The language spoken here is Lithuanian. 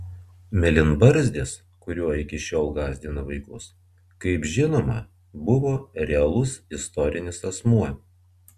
mėlynbarzdis kuriuo iki šiol gąsdina vaikus kaip žinoma buvo realus istorinis asmuo